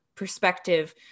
perspective